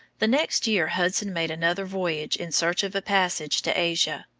the next year hudson made another voyage in search of a passage to asia.